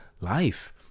life